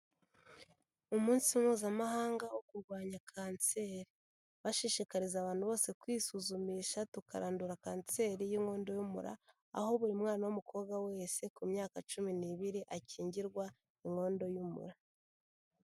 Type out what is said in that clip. Umunsi Mpuzamahanga wo kurwanya kanseri, bashishikariza abantu bose kwisuzumisha tukarandura kanseri y'inkondo y'umura, aho buri mwana w'umukobwa wese ku myaka cumi n'ibiri akingirwa inkondo y'umura.